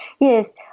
Yes